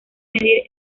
medir